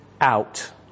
out